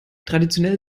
traditionell